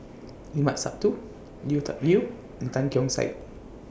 Limat Sabtu Lui Tuck Yew and Tan Keong Saik